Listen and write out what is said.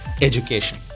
education